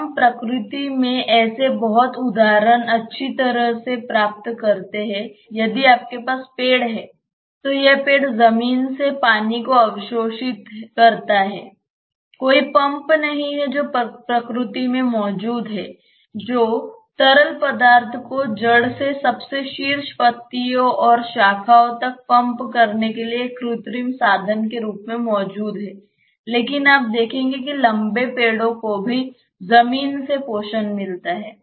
हम प्रकृति में ऐसे उदाहरण बहुत अच्छी तरह से प्राप्त करते हैं यदि आपके पास पेड़ हैं तो यह पेड़ जमीन से पानी को अवशोषित करता है कोई पंप नहीं है जो प्रकृति में मौजूद है जो तरल पदार्थ को जड़ से सबसे शीर्ष पत्तियों और शाखाओं तक पंप करने के एक कृत्रिम साधन के रूप में मौजूद है लेकिन आप देखेंगे कि लंबे पेड़ों को भी जमीन से पोषण मिलता है